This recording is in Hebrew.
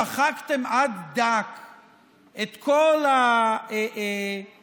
שחקתם עד דק את כל השיח